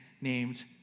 named